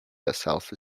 herself